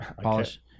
Polish